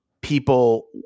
people